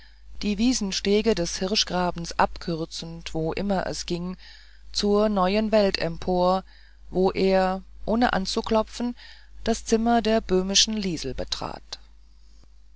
die wiesenstege des hirschgrabens abkürzend wo immer es ging zur neuen welt empor wo er ohne anzuklopfen das zimmer der böhmischen liesel betrat